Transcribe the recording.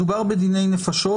מדובר בדיני נפשות,